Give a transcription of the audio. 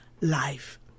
life